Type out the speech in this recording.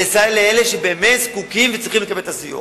לסייע לאלה שבאמת זקוקים וצריכים לקבל את הסיוע.